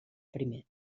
primer